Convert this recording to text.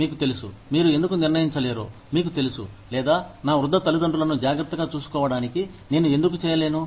మీకు తెలుసు మీరు ఎందుకు నిర్ణయించలేరోమీకు తెలుసు లేదా నా వృద్ధ తల్లిదండ్రులను జాగ్రత్తగా చూసుకోవడానికి నేను ఎందుకు చేయలేను